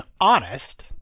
honest